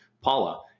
Paula